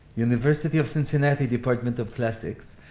university of cincinnati, department of classics.